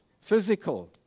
physical